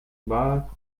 but